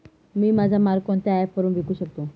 मी माझा माल कोणत्या ॲप वरुन विकू शकतो?